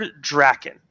Draken